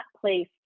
place